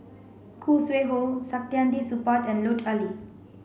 Khoo Sui Hoe Saktiandi Supaat and Lut Ali